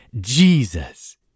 Jesus